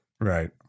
Right